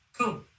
cool